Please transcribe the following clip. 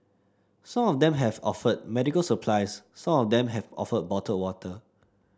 some of them have offered medical supplies some of them have offered bottled water